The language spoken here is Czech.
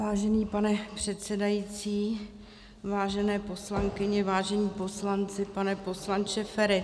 Vážený pane předsedající, vážené poslankyně, vážení poslanci, pane poslanče Feri.